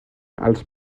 als